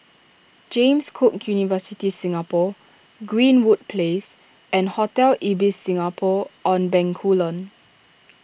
James Cook University Singapore Greenwood Place and Hotel Ibis Singapore on Bencoolen